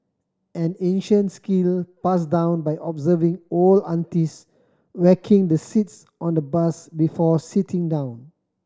an ancient skill passed down by observing old aunties whacking the seats on the bus before sitting down